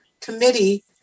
committee